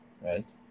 right